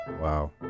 Wow